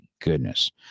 goodness